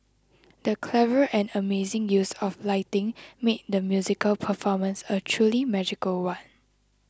the clever and amazing use of lighting made the musical performance a truly magical one